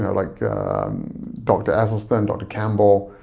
and like dr. esselstyn, dr. campbell,